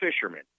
fishermen